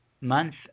month